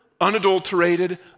unadulterated